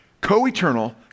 co-eternal